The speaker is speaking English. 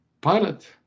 pilot